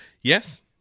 Yes